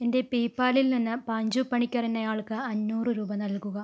എൻ്റെ പേയ്പാലിൽ നിന്ന് പാഞ്ചു പണിക്കർ എന്നയാൾക്ക് അഞ്ഞൂറ് രൂപ നൽകുക